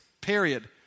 period